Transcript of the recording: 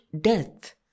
death